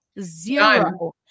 zero